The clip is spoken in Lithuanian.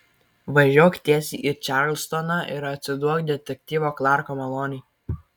važiuok tiesiai į čarlstoną ir atsiduok detektyvo klarko malonei